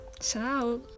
ciao